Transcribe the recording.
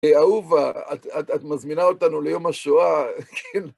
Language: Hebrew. אהובה, את מזמינה אותנו ליום השואה, כן.